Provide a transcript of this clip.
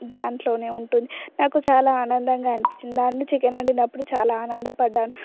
దాంట్లోనే ఉంటుంది నాకు చాలా ఆనందంగా అనిపించింది దాని చికెన్ వండినప్పుడు చాలా ఆనందపడ్డాను